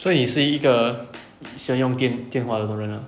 所以你是一个想用电电话的人 ah